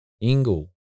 Ingle